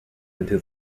into